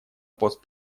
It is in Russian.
пост